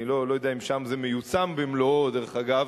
אני לא יודע אם שם זה מיושם במלואו דרך אגב